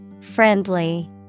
Friendly